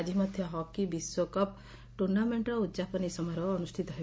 ଆଜି ମଧ୍ଧ ହକି ବିଶ୍ୱକପ୍ ଟୁର୍ଣ୍ଆମେଙ୍କର ଉଦ୍ଯାପନୀ ସମାରୋହ ଅନୁଷିତ ହେବ